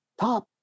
top